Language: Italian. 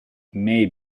may